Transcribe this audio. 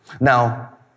Now